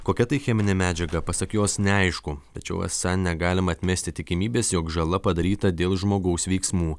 kokia tai cheminė medžiaga pasak jos neaišku tačiau esą negalima atmesti tikimybės jog žala padaryta dėl žmogaus veiksmų